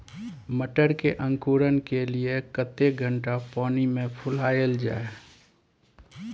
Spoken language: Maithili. मटर के अंकुरण के लिए कतेक घंटा पानी मे फुलाईल जाय?